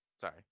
sorry